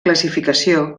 classificació